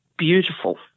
Beautiful